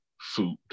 food